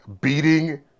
beating